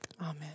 Amen